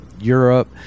Europe